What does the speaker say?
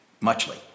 muchly